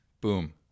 Boom